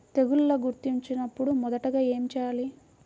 తెగుళ్లు గుర్తించినపుడు మొదటిగా ఏమి చేయాలి?